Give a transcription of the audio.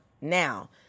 now